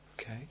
okay